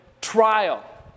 trial